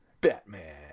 Batman